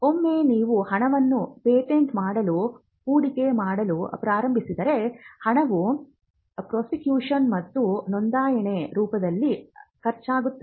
ಒಮ್ಮೆ ನೀವು ಹಣವನ್ನು ಪೇಟೆಂಟ್ ಮಾಡಲು ಹೂಡಿಕೆ ಮಾಡಲು ಪ್ರಾರಂಭಿಸಿದರೆ ಹಣವು ಪ್ರಾಸಿಕ್ಯೂಷನ್ ಮತ್ತು ನೋಂದಣಿಯ ರೂಪದಲ್ಲಿ ಖರ್ಚಾಗುತ್ತದೆ